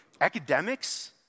Academics